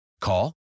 Call